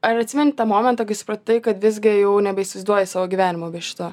ar atsimeni tą momentą kai supratai kad visgi jau nebeįsivaizduoji savo gyvenimo be šito